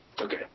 Okay